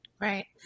Right